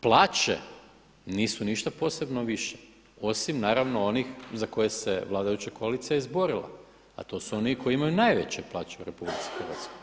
Plaće nisu ništa posebno više osim naravno onih za koje se vladajuća koalicija izborila a to su oni koji imaju najveće plaće u RH.